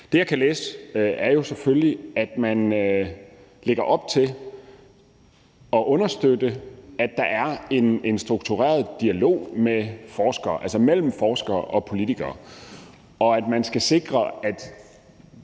Det, jeg kan læse, er selvfølgelig, at man lægger op til at understøtte, at der er en struktureret dialog med forskere, altså mellem forskere og politikere, og at man både skal sikre, at